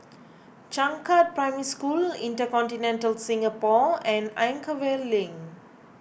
Changkat Primary School Intercontinental Singapore and Anchorvale Link